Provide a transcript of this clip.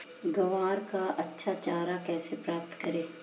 ग्वार का अच्छा चारा कैसे प्राप्त करें?